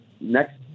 next